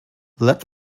let